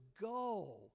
go